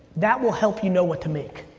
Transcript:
that will help you know what to make.